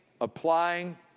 applying